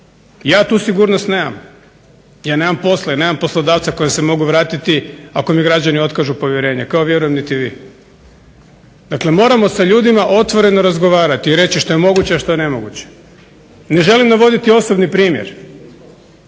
Ja tu sigurnost nemam. Ja nemam posla, ja nemam poslodavca kojem se mogu vratiti ako mi građani otkažu povjerenje kao vjerujem niti vi. Dakle, moramo sa ljudima otvoreno razgovarati i reći što je moguće, a što je nemoguće. Ne želim navoditi osobni primjer,